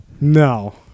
no